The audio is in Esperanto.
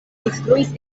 instruis